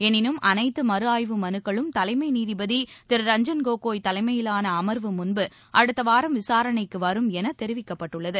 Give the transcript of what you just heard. எனிறை அனைத்து மறுஆய்வு மனுக்களும் தலைமை நீதிபதி திரு ரஞ்சன் கோகோய் தலைமையிலான அர்வு முன்பு அடுத்த வாரம் விசாரணைக்கு வரும் என தெரிவிக்கப்பட்டுள்ளது